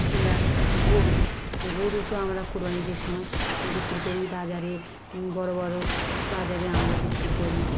আমরা গরু গরু তো আমরা কুরবানি ঈদের সময় বিক্রি করি বাজারে বড় বড় বাজারে আমরা বিক্রি করি